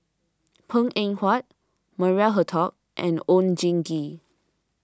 Png Eng Huat Maria Hertogh and Oon Jin Gee